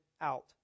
out